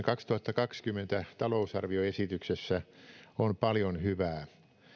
kaksituhattakaksikymmentä talousarvioesityksessä on paljon hyvää